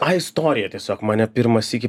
ai istorija tiesiog mane pirmą sykį